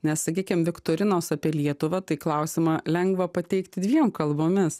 nes sakykim viktorinos apie lietuvą tai klausimą lengva pateikti dviem kalbomis